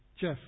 Jeff